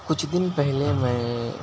کچھ دن پہلے میں